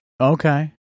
Okay